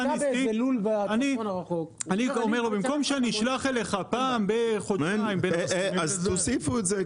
אני אומר: במקום שאני אשלח אליך פעם בחודשיים -- אז תוסיפו את זה.